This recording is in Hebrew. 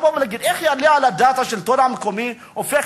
ולהגיד: איך יעלה על הדעת שהשלטון המקומי הופך